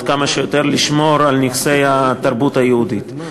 כמה שיותר לשמור על נכסי התרבות היהודית.